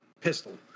pistol